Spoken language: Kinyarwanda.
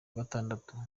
gatandatu